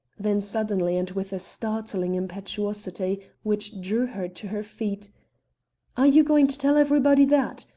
then suddenly, and with a startling impetuosity, which drew her to her feet are you going to tell everybody that?